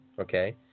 okay